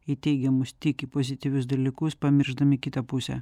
į teigiamus tik į pozityvius dalykus pamiršdami kitą pusę